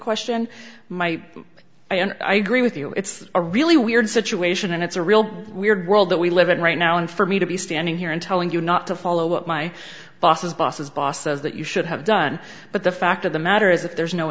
question my eye and i agree with you it's a really weird situation and it's a real weird world that we live in right now and for me to be standing here and telling you not to follow what my boss's boss his boss says that you should have done but the fact of the matter is if there's no